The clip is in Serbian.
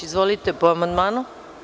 Izvolite, po amandmanu.